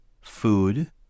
food